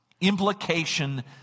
implication